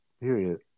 Period